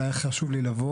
אבל היה חשוב לי לבוא,